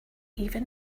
even